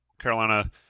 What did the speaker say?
Carolina